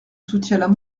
soutiens